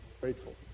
grateful